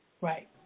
Right